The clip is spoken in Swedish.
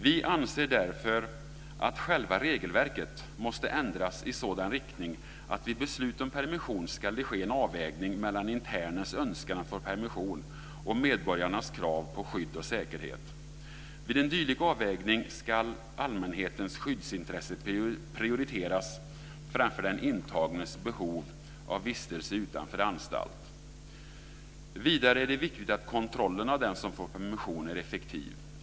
Vi anser därför att själva regelverket måste ändras i sådan riktning att det vid beslut om permission ska ske en avvägning mellan internens önskan om att få permission och medborgarnas krav på skydd och säkerhet. Vid en dylik avvägning ska allmänhetens skyddsintresse prioriteras framför den intagnes behov av vistelse utanför anstalt. Vidare är det viktigt att kontrollen av dem som får permission är effektiv.